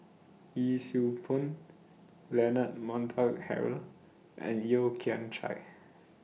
Yee Siew Pun Leonard Montague Harrod and Yeo Kian Chai